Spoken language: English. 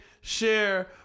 share